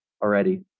already